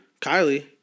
Kylie